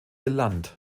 land